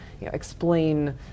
explain